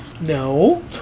no